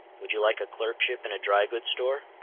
would you like a clerkship in a dry-goods store?